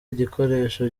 igikoresho